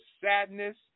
sadness